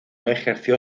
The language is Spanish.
ejerció